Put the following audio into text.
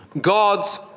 God's